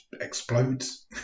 explodes